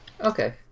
Okay